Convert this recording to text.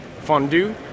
Fondue